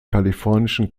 kalifornischen